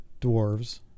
dwarves